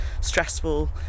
stressful